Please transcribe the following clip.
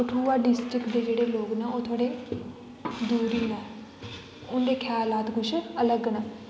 Kathua district दे जेह्ड़े लोग न ओह् थोह्ड़े दूर ई न उंदे ख्यालात कुछ अलग न